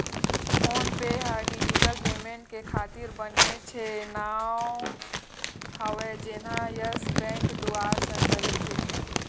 phone पे ह digital payment के खातिर बनेच के नांव हवय जेनहा यस बेंक दुवार संचालित हे